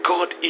God